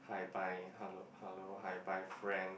bye bye hello hello hi bye friends